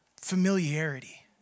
familiarity